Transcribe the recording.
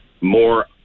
more